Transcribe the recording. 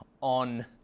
on